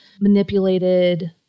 manipulated